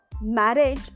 marriage